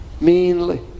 meanly